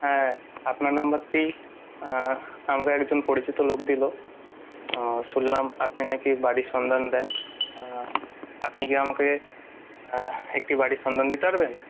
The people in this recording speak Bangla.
হ্যাঁ আপনার নাম্বারটি আমাকে একজন পরিচিত লোক দিল শুনলাম আপনি নাকি বাড়ির সন্ধান দেন আপনি কি আমাকে একটি বাড়ির সন্ধান দিতে পারবেন